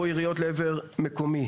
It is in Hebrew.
יריות לעבר מקומי.